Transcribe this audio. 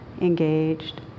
engaged